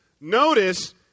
Notice